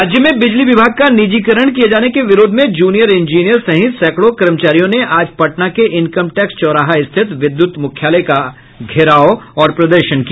राज्य में बिजली विभाग का निजीकरण किए जाने के विरोध में जूनियर इंजीनियर सहित सैकड़ों कर्मचारियों ने आज पटना के इनकम टैक्स चौराहा स्थित विद्यूत मुख्यालय का घेराव और प्रदर्शन किया